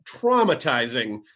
traumatizing